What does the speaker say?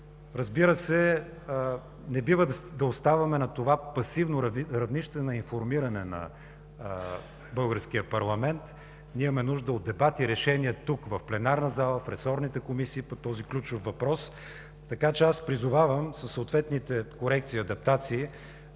Разбира се, не бива да оставаме на това пасивно равнище на информиране на българския парламент. Ние имаме нужда от дебат и решения тук, в пленарна зала, в ресорните комисии по този ключов въпрос. Така че аз призовавам, със съответните корекции и адаптации,